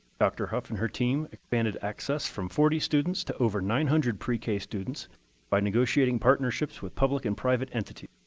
dr. hough and her team expanded access from forty students to over nine hundred pre-k ah students by negotiating partnerships with public and private entity.